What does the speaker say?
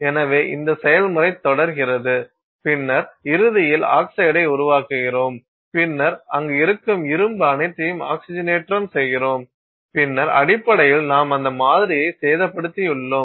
எனவே இந்த செயல்முறை தொடர்கிறது பின்னர் இறுதியில் ஆக்சைடை உருவாக்குகிறோம் பின்னர் அங்கு இருக்கும் இரும்பு அனைத்தையும் ஆக்ஸிஜனேற்றம் செய்கிறோம் பின்னர் அடிப்படையில் நாம் அந்த மாதிரியை சேதப்படுத்தி உள்ளோம்